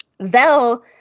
Vel